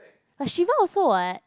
Tashiba also [what]